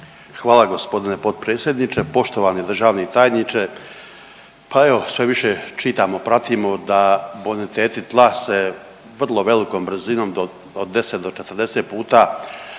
Hvala g. potpredsjedniče. Poštovani državni tajniče. Pa evo sve više čitamo pratimo da boniteti tla vrlo velikom brzinom od 10 do 40 puta